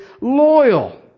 loyal